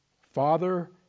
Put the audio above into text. Father